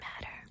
matter